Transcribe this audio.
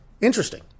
Interesting